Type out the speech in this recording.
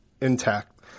intact